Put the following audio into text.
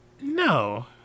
No